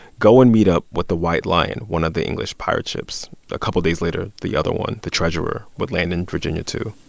go and meet up with the white lion, one of the english pirate ships. a couple of days later, the other one, the treasurer, would land in virginia, too.